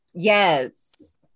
Yes